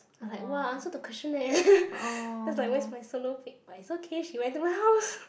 I like !wah! I answer the question eh then like where's my solo pic but it's okay she went to my house